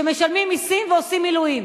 שמשלמים מסים ועושים מילואים.